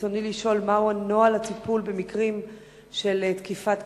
ברצוני לשאול: מהו נוהל הטיפול במקרים של תקיפת קשישים?